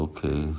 Okay